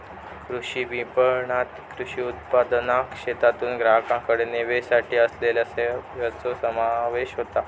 कृषी विपणणात कृषी उत्पादनाक शेतातून ग्राहकाकडे नेवसाठी असलेल्या सेवांचो समावेश होता